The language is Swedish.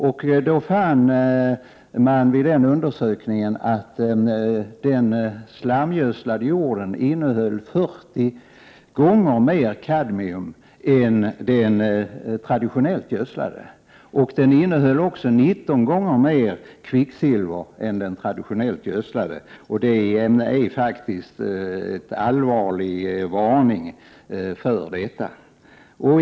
Man fann vid den undersökningen att den slamgödslade jorden innehöll 40 gånger mer kadmium och 19 gånger mer kvicksilver än den traditionellt gödslade. Det är faktiskt en allvarlig varning.